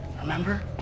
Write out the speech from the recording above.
Remember